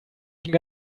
schon